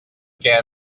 què